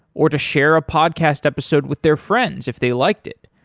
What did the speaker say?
or to share a podcast episode with their friends if they liked it.